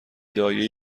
دایه